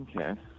okay